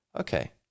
Okay